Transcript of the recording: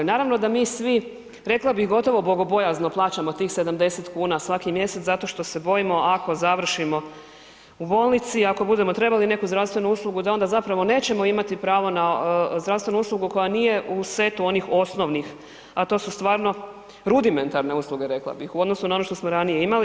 Naravno da mi svi, rekla bih gotovo bogobojazno plaćamo tih 70 kuna svaki mjesec zato što se bojimo ako završimo u bolnici i ako budemo trebali neku zdravstvenu uslugu da ona zapravo nećemo imati pravo na zdravstvenu uslugu koja nije u setu onih osnovnih, a to su stvarno rudimentarne usluge rekla bih u odnosu na ono što smo ranije imali.